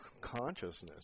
consciousness